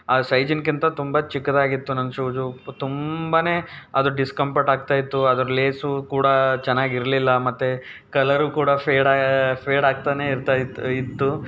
ಆ ಸೈಝಿಗಿಂತ ತುಂಬ ಚಿಕ್ಕದಾಗಿತ್ತು ನನ್ನ ಶೂಸು ತುಂಬಾ ಅದು ಡಿಸ್ಕಂಫರ್ಟಾಗ್ತಾಯಿತ್ತು ಅದರ ಲೇಸು ಕೂಡ ಚೆನ್ನಾಗಿರ್ಲಿಲ್ಲ ಮತ್ತು ಕಲ್ಲರು ಕೂಡ ಫೇಡಾ ಫೇಡಾಗ್ತಾನೆ ಇರ್ತಾಯಿತ್ತು ಇತ್ತು